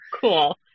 Cool